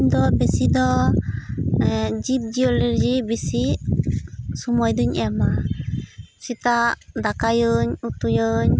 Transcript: ᱤᱧ ᱫᱚ ᱵᱤᱥᱤ ᱫᱚ ᱡᱤᱵᱽ ᱡᱤᱭᱟᱹᱞᱤ ᱨᱮ ᱵᱤᱥᱤ ᱥᱳᱢᱳᱭ ᱫᱩᱧ ᱮᱢᱟ ᱥᱮᱛᱟᱜ ᱫᱟᱠᱟᱭᱟᱹᱧ ᱩᱛᱩᱭᱟᱹᱧ